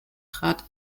trat